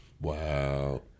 Wow